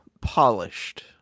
polished